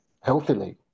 healthily